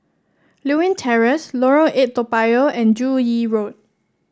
Lewin Terrace Lorong Eight Toa Payoh and Joo Yee Road